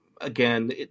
Again